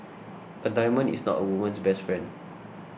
a diamond is not a woman's best friend